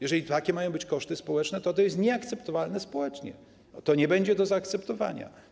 Jeżeli takie mają być koszty społeczne, to jest to nieakceptowalne społecznie, to nie będzie do zaakceptowania.